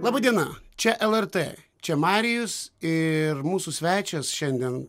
laba diena čia lrt čia marijus ir mūsų svečias šiandien